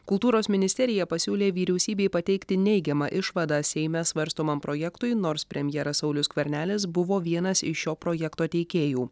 kultūros ministerija pasiūlė vyriausybei pateikti neigiamą išvadą seime svarstomam projektui nors premjeras saulius skvernelis buvo vienas iš šio projekto teikėjų